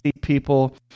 people